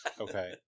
Okay